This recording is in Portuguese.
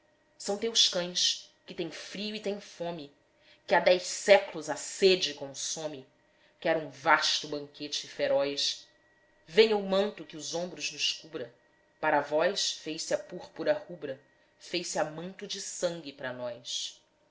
são teus cães que têm frio e têm fome que há dez séc'los a sede consome quero um vasto banquete feroz venha o manto que os ombros nos cubra para vós fez-se a púrpura rubra fez-se a manto de sangue pra nós